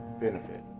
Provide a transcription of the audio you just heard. benefit